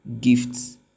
gifts